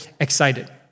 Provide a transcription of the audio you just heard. excited